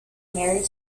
married